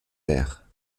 aires